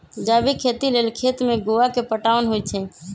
जैविक खेती लेल खेत में गोआ के पटाओंन होई छै